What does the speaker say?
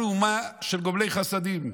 שאנחנו אומה של גומלי חסדים,